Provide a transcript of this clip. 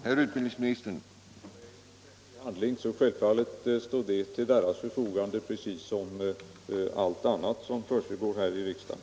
Herr talman! Det är fråga om en offentlig handling, som självfallet står till deras förfogande precis som allt annat som förekommer här i riksdagen.